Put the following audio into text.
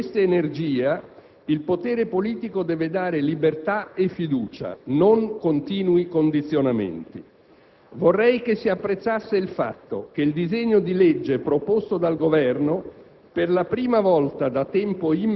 A questa ricchezza, a questa energia il potere politico deve dare libertà e fiducia, non continui condizionamenti. Vorrei che si apprezzasse il fatto che il disegno di legge proposto dal Governo